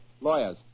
lawyers